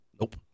Nope